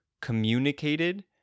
communicated